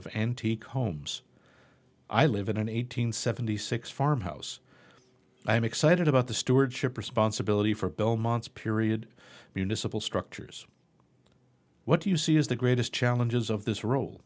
of antique homes i live in an eight hundred seventy six farmhouse i am excited about the stewardship responsibility for belmont's period municipal structures what do you see as the greatest challenges of this role